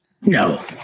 No